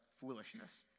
foolishness